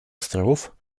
островов